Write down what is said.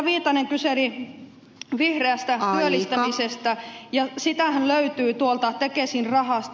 viitanen kyseli vihreästä työllistämisestä ja sitähän löytyy tuolta tekesin rahasta